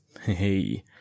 Hey